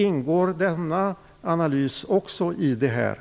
Ingår denna analys också i detta arbete?